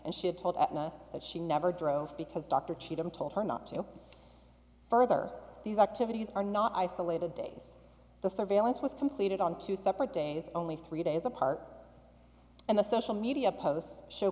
and she had told me that she never drove because dr cheatham told her not to further these activities are not isolated days the surveillance was completed on two separate days only three days apart and the social media posts show